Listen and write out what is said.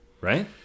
right